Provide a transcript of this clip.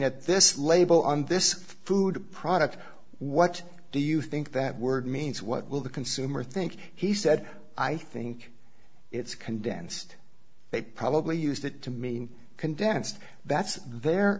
at this label on this food product what do you think that word means what will the consumer think he said i think it's condensed they probably used it to mean condensed that's their